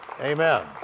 Amen